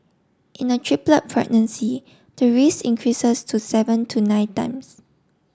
in a triplet pregnancy the risk increases to seven to nine times